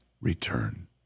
return